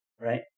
Right